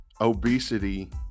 obesity